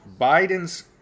Biden's